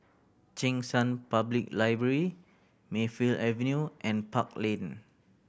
Cheng San Public Library Mayfield Avenue and Park Lane